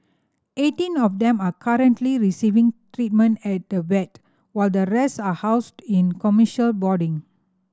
eighteen of them are currently receiving treatment at the vet while the rest are housed in commercial boarding